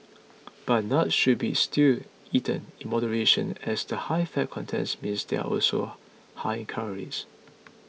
but nuts should be still eaten in moderation as the high fat content means they are also high in calories